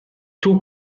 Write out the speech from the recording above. two